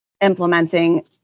implementing